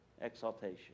exaltation